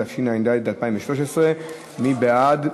התשע"ד 2013. מי בעד?